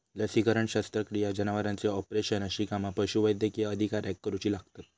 लसीकरण, शस्त्रक्रिया, जनावरांचे ऑपरेशन अशी कामा पशुवैद्यकीय अधिकाऱ्याक करुची लागतत